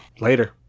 Later